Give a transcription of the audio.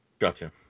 Gotcha